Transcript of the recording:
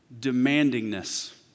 Demandingness